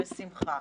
בשמחה.